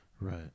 Right